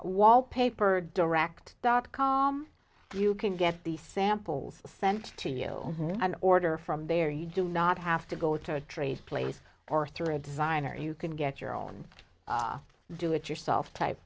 wallpaper direct dot com you can get the samples sent to you and order from there you do not have to go to a trade place or through a designer you can get your own do it yourself type